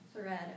thread